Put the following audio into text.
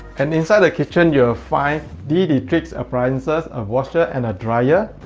and inside the kitchen, you'll find de dietrich appliances a washer and a dryer.